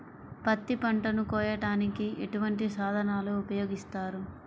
పత్తి పంటను కోయటానికి ఎటువంటి సాధనలు ఉపయోగిస్తారు?